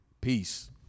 Peace